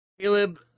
Caleb